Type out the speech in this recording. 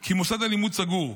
כי מוסד הלימוד סגור,